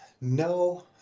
No